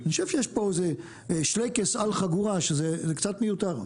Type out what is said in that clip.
אני חושב שיש פה שלייקעס על חגורה, שזה קצת מיותר.